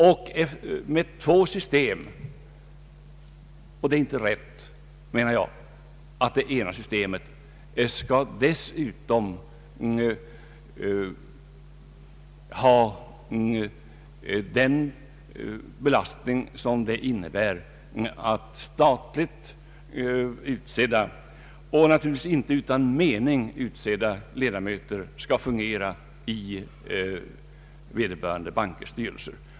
Det är då enligt min mening inte rätt att det ena systemet skall ha den belastning som det innebär att statligt utsedda — och naturligtvis inte utan mening utsedda — ledamöter skall fungera i vederbörande bankers styrelse.